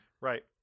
Right